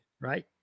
Right